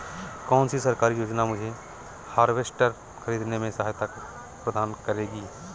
कौन सी सरकारी योजना मुझे हार्वेस्टर ख़रीदने में सहायता प्रदान करेगी?